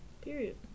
period